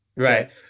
Right